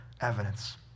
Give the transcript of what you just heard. evidence